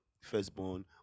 firstborn